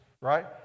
right